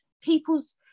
people's